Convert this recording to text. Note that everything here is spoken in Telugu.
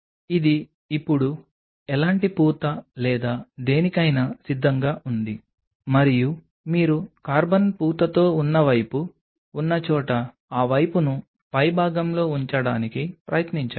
ఇది ఇప్పుడు ఎలాంటి పూత లేదా దేనికైనా సిద్ధంగా ఉంది మరియు మీరు కార్బన్ పూతతో ఉన్న వైపు ఉన్న చోట ఆ వైపును పైభాగంలో ఉంచడానికి ప్రయత్నించండి